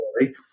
story